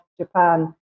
Japan